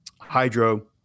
hydro